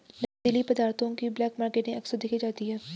नशीली पदार्थों की ब्लैक मार्केटिंग अक्सर देखी जाती है